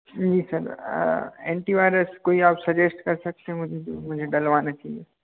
जी sir antivirus कोई आप suggest कर सकते हैं मुझे जो मुझे डलवाना चाहिए